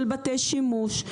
של בתי שימוש,